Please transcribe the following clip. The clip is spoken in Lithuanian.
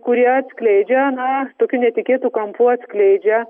kurie atskleidžia na tokiu netikėtu kampu atskleidžia